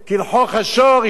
ישתלטו עלינו,